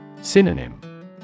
Synonym